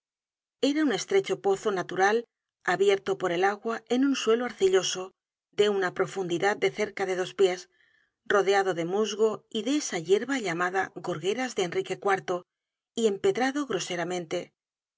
era un estrecho pozo natural abierto por el agua en un suelo arcilloso de una profundidad de cerca de dos pies rodeado de musgo y de esa yerba llamada gorgueras de enrique iv y empedrado groseramente